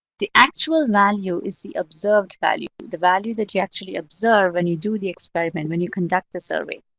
the actual value is the observed value, the value that you actually observe when you do the experiment, when you conduct the survey.